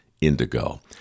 indigo